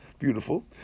beautiful